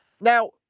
Now